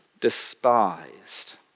despised